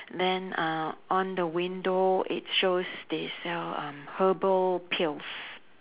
then uh on the window it shows they sell uh herbal pills